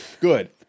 Good